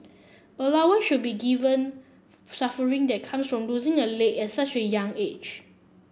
should be given suffering that comes from losing a leg at such a young age